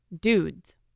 Dudes